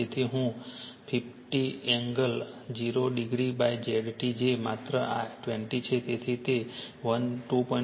તેથી I 50 angle 0 ડિગ્રીZ T જે માત્ર 20 છે તેથી તે 2